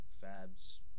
Fab's